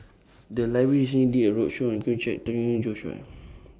The Library recently did A roadshow on Khoo Cheng Tiong and Joi Chua